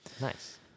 Nice